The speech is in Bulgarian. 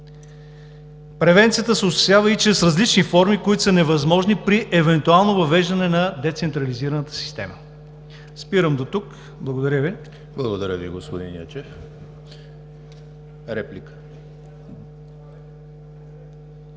Превенцията се осъществява и чрез различни форми, които са невъзможни при евентуално въвеждане на децентрализираната система. Спирам дотук. Благодаря Ви. ПРЕДСЕДАТЕЛ ЕМИЛ ХРИСТОВ: Благодаря Ви, господин Ячев. Реплика.